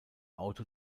auto